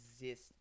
exist